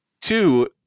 Two